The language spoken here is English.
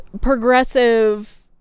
progressive